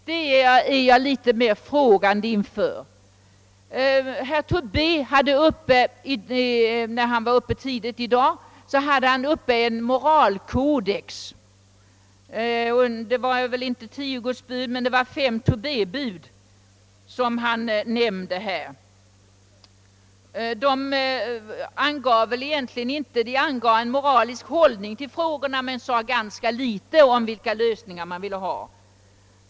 Det problemet ställer jag mig litet mer frågande inför. Herr Tobé framförde i sitt anförande tidigare i dag en moralkodex, kanske inte precis tio Guds bud men fem Tobé-bud. De uttryckte en moralisk hållning till frågorna men sade ganska litet om vilka lösningar som önskas.